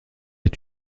est